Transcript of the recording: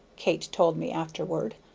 kate told me afterward,